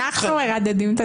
אנחנו מרדדים את הדיון?